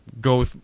go